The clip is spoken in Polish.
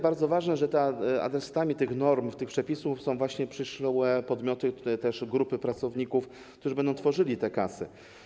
Bardzo ważne jest to, że adresatami tych norm, tych przepisów są przyszłe podmioty, grupy pracowników, którzy będą tworzyli te kasy.